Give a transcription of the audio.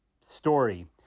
story